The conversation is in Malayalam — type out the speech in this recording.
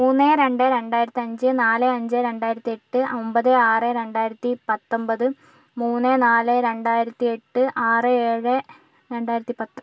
മൂന്ന് രണ്ട് രണ്ടായിരത്തഞ്ച് നാല് അഞ്ച് രണ്ടായിരത്തി എട്ട് ഒമ്പത് ആറ് രണ്ടായിരത്തി പത്തൊമ്പത് മൂന്ന് നാല് രണ്ടായിരത്തി എട്ട് ആറ് ഏഴ് രണ്ടായിരത്തി പത്ത്